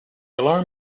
alarm